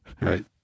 Right